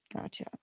Gotcha